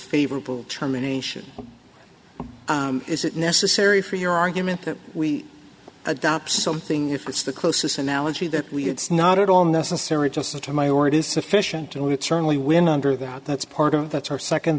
favorable terminations is it necessary for your argument that we adopt something if it's the closest analogy that we it's not at all necessary just to my or it is sufficient and we certainly win under that that's part of that's our second